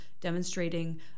demonstrating